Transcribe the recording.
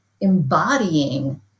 embodying